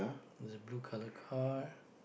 there's a blue color car